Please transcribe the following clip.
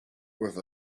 with